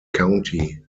county